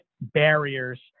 barriers